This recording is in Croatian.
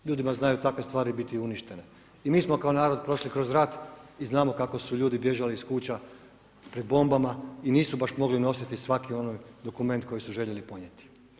Ljudima znaju takve stvari biti i uništene, i mi smo kao narod prošli kroz rat i znamo kako su ljudi bježali iz kuća pred bombama i nisu baš mogli nositi svaki onaj dokument koji su željeli podnijeti.